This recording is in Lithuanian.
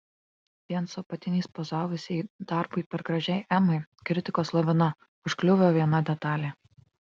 vien su apatiniais pozavusiai darbui per gražiai emai kritikos lavina užkliuvo viena detalė